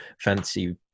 fancy